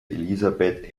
elisabeth